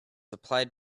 applied